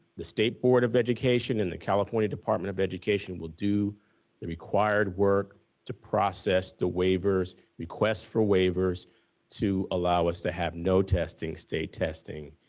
the state board of education and the california department of education will do the required work to process the waivers. requests for waivers to allow us to have no testing, state testing,